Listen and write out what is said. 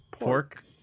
Pork